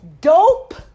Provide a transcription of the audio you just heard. dope